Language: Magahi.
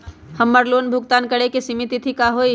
हमर लोन भुगतान करे के सिमित तिथि का हई?